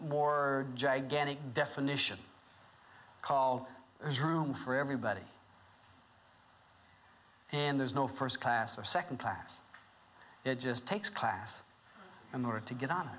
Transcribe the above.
more gigantic definition call there's room for everybody and there's no first class or second class it just takes class in order to get on